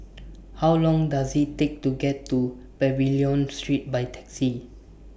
How Long Does IT Take to get to Pavilion Street By Taxi